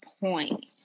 point